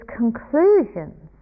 conclusions